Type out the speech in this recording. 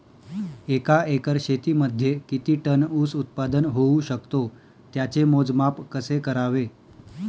एका एकर शेतीमध्ये किती टन ऊस उत्पादन होऊ शकतो? त्याचे मोजमाप कसे करावे?